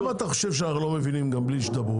למה אתה חושב שאנחנו לא מבינים גם בלי שתדברו?